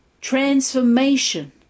transformation